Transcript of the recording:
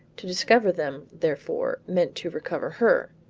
to discover them, therefore, meant to recover her.